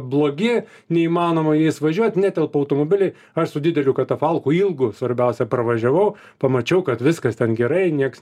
blogi neįmanoma jais važiuot netelpa automobiai aš su dideliu katafalku ilgu svarbiausia pravažiavau pamačiau kad viskas ten gerai nieks